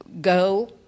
go